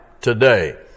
today